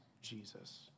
Jesus